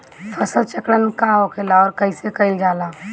फसल चक्रण का होखेला और कईसे कईल जाला?